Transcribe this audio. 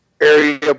area